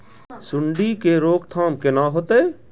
सुंडी के रोकथाम केना होतै?